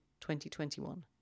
2021